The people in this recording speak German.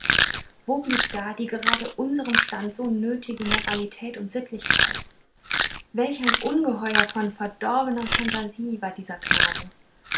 wo blieb da die gerade unserem stande so nötige moralität und sittlichkeit welch ein ungeheuer von verdorbener phantasie war dieser knabe